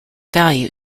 value